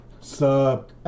sup